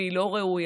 והיא לא ראויה,